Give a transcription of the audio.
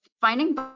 finding